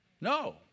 No